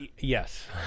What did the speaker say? Yes